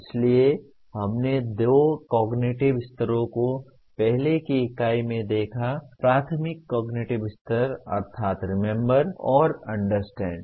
इसलिए हमने दो कॉगनिटिव स्तरों को पहले की इकाई में देखा प्राथमिक कॉगनिटिव स्तर अर्थात् रिमेम्बर और अंडरस्टैंड